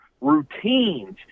routines